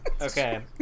Okay